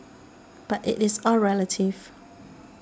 but it is all relative